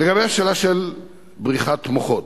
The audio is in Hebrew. לגבי השאלה של בריחת מוחות,